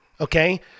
okay